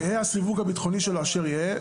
יהא הסיווג הביטחוני שלו אשר יהא.